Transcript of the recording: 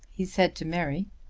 he said to mary.